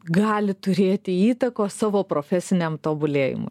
gali turėti įtakos savo profesiniam tobulėjimui